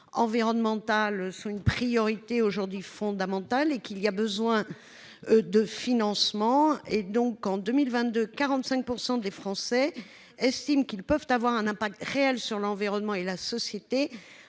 environnementales sont une priorité aujourd'hui fondamental et qu'il y a besoin. De financement et donc en 2022 45 % des Français estiment qu'ils peuvent avoir un impact réel sur l'environnement et la société